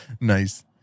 Nice